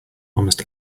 almost